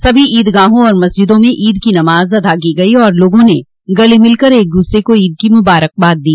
सभी ईदगाहों और मस्जिदों में ईद की नमाज अदा की गई और लोगों ने गले मिलकर एक दूसरे को ईद की मुबारकबाद दी